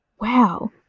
wow